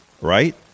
Right